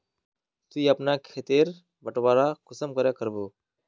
ती अपना खेत तेर बटवारा कुंसम करे करबो?